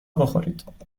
بخورید